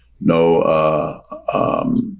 no